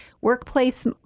workplace